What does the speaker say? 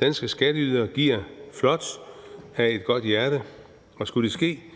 Danske skatteydere giver flot og af et godt hjerte, og skulle det ske,